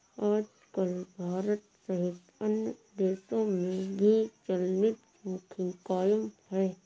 आजकल भारत सहित अन्य देशों में भी चलनिधि जोखिम कायम है